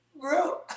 bro